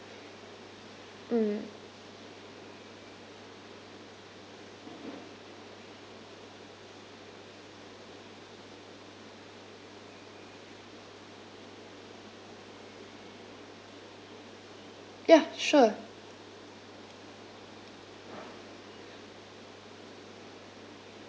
mm ya sure